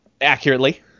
accurately